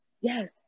Yes